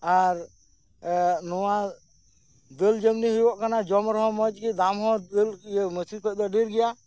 ᱟᱨ ᱱᱚᱣᱟ ᱫᱟᱹᱞ ᱡᱚᱢ ᱱᱤᱭᱮ ᱦᱩᱭᱩᱜᱚᱜ ᱠᱟᱱᱟ ᱡᱚᱢ ᱨᱮᱦᱚᱸ ᱢᱚᱸᱡᱽ ᱜᱮ ᱟᱨ ᱫᱟᱢ ᱦᱚᱸ ᱢᱟᱹᱥᱨᱤ ᱠᱷᱚᱱ ᱫᱚ ᱰᱷᱮᱹᱨ ᱜᱮᱭᱟ